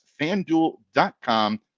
FanDuel.com